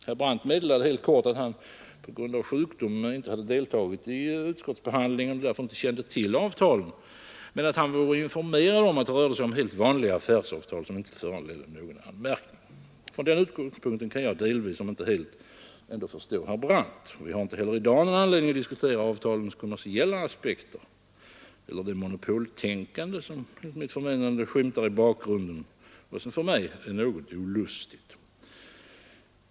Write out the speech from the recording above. Herr Brandt meddelade helt kort att han på grund av sjukdom inte deltagit i utskottsbehandlingen och därför inte kände till avtalen men att han vore informerad om att det rörde sig om helt vanliga affärsavtal som ej föranledde någon anmärkning. Från den utgångspunkten kan jag delvis om ändå inte helt förstå herr Brandt. Vi har i dag ingen anledning att diskutera avtalens kommersiella aspekter eller det monopoltänkande som enligt mitt förmenande skymtar i bakgrunden och som för mig är något olustigt.